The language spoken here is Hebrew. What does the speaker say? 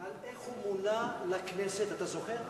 איך הוא מונה לכנסת, אתה זוכר?